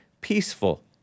Peaceful